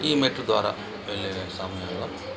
ఈ మెట్ల ద్వారా వెళ్ళే సమయం